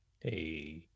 Hey